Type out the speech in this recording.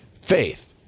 faith